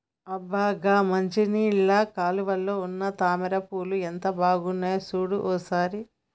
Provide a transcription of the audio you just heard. అబ్బ గా మంచినీళ్ళ కాలువలో ఉన్న తామర పూలు ఎంత బాగున్నాయో సూడు ఓ సారి